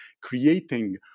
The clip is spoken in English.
creating